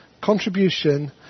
contribution